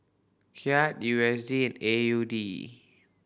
Kyat U S D A U D